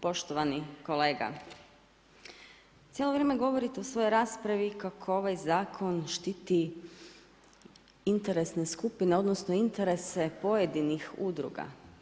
Poštovani kolega, cijelo vrijeme govorite u svojoj raspravi kako ovaj zakon štiti interesne skupine odnosno interese pojedinih udruga.